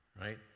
right